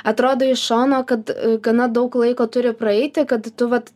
atrodo iš šono kad gana daug laiko turi praeiti kad tu vat